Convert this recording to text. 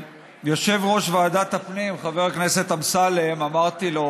יושב-ראש ועדת הפנים חבר הכנסת אמסלם, אמרתי לו